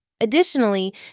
Additionally